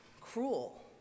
cruel